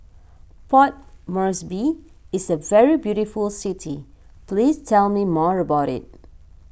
Port Moresby is a very beautiful city please tell me more about it